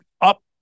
up